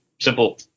Simple